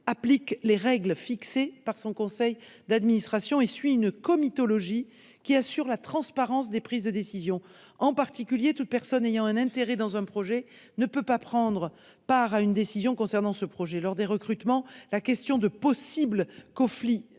applique les règles fixées par son conseil d'administration. En outre, elle suit une comitologie qui assure la transparence des prises de décision. En particulier, une personne ayant un intérêt dans un projet ne peut en aucun cas prendre part à une décision concernant ce projet. Lors des recrutements, la question de possibles conflits